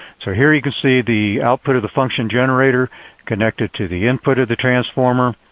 so here you can see the output of the function generator connected to the input of the transformer.